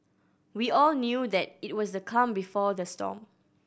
we all knew that it was the calm before the storm